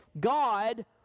God